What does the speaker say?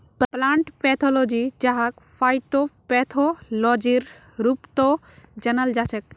plant pathology जहाक फाइटोपैथोलॉजीर रूपतो जानाल जाछेक